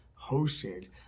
hosted